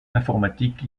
informatique